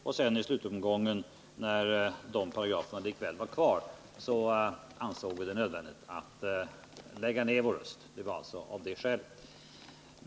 Och när sedan i slutomgången de paragraferna likväl var kvar ansåg vi det nödvändigt att lägga ner vår röst.